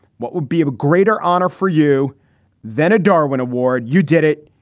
what would be a greater honor for you than a darwin award? you did it.